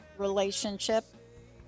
relationship